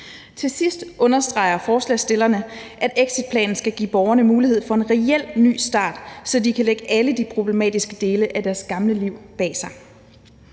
Til sidst understreger forslagsstillerne, at exitplanen skal give borgerne mulighed for en reel ny start, så de kan lægge alle de problematiske dele af deres gamle liv bag sig.